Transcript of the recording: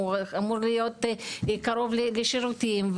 הוא אמור להיות קרוב לשירותים,